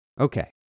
Okay